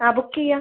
ആ ബുക്ക് ചെയ്യാം